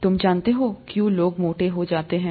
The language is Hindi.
तुम जानते हो क्यों लोग मोटे हो जाते हैं